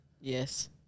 Yes